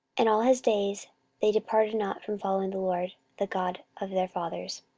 and all his days they departed not from following the lord, the god of their fathers.